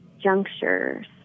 junctures